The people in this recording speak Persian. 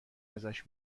ازش